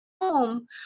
home